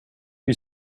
you